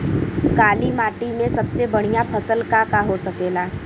काली माटी में सबसे बढ़िया फसल का का हो सकेला?